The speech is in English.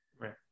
Right